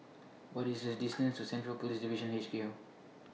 What IS The distance to Central Police Division H Q